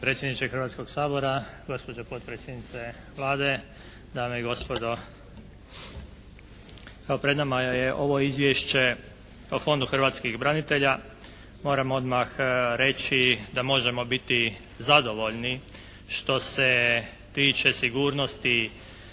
predsjedniče Hrvatskoga sabora, gospođo potpredsjednice Vlade, dame i gospodo. Evo pred nama je ovo Izvješće o Fondu hrvatskih branitelja. Moram odmah reći da možemo biti zadovoljni što se tiče sigurnosti